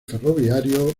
ferroviarios